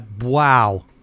wow